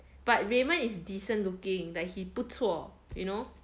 but raymond is decent looking he 不错 you know